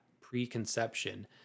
preconception